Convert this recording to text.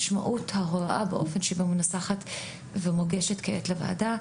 המשמעות של האופן שבו זה מנוסח ומוגש כעת לוועדה,